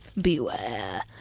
beware